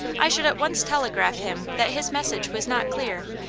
i should at once telegraph him that his message was not clear,